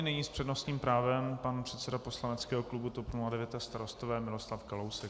Nyní s přednostním právem pan předseda poslaneckého klubu TOP 09 a Starostové Miroslav Kalousek.